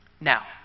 Now